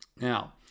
Now